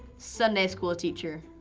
sunday school teacher.